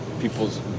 people's